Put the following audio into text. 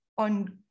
On